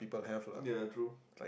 ya true